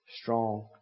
strong